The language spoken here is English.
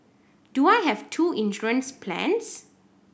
do I have two insurance plans